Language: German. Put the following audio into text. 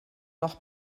noch